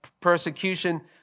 Persecution